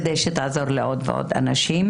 כדי שתעזור לעוד ועוד אנשים.